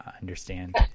understand